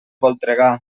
voltregà